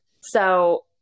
So-